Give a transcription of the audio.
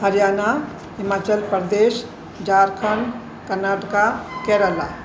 Haryana Himachal Pradesh Jharkhand Karnataka Kerala